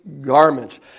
garments